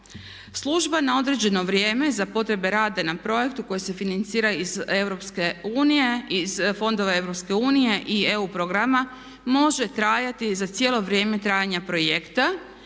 Služba na određeno vrijeme za potrebe rada na projektu koje se financira iz fondova EU i EU programa može trajati za cijelo vrijeme trajanja projekta.